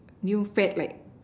new fad like